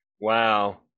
Wow